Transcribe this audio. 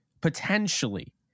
potentially